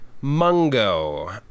Mungo